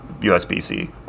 USB-C